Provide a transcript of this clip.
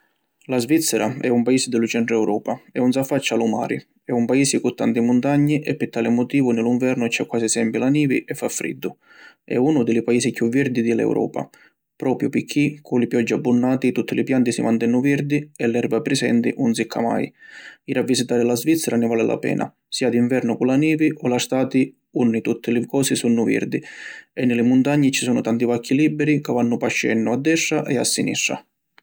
La Svizzera è un paisi di lu centru Europa e ‘un s’affaccia a lu mari. È un paisi cu tanti muntagni e pi tali motivu ni lu nvernu c’è quasi sempri la nivi e fa friddu. È unu di li paisi chiù virdi di l’Europa propiu pirchì cu li pioggi abbunnati tutti li pianti si mantennu virdi e l’erva prisenti 'un sicca mai. Jiri a visitari la Svizzera ni vali la pena, sia di nvernu cu la nivi o la stati unni tutti li cosi sunnu virdi e ni li muntagni ci sunnu tanti vacchi liberi ca vannu pascennu a destra e a sinistra.